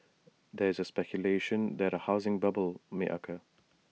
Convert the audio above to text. there is speculation that A housing bubble may occur